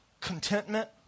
contentment